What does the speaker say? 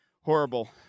horrible